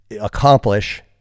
accomplish